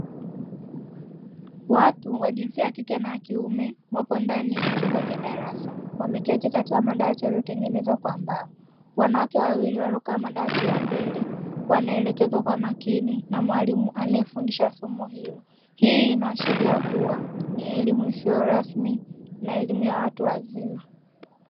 Watu wa jinsia ya kike na ya kiume, wapo ndani ya chumba cha darasa, wameketi katika madawati yaliyotengenezwa kwa mbao, wanawake waliokaa katika madawati ya mbele, wanaelekezwa kwa makini na mwalimu anayefundisha somo hilo, hii inaashiria kuwa ni elimu isiyo rasmi na elimu ya watu wazima.